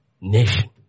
nation